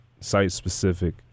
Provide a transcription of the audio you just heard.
site-specific